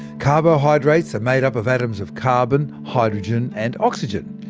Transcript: carbohydrates are made up of atoms of carbon, hydrogen and oxygen.